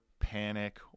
panic